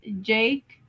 Jake